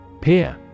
Peer